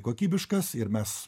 kokybiškas ir mes